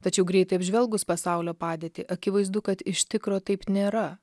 tačiau greitai apžvelgus pasaulio padėtį akivaizdu kad iš tikro taip nėra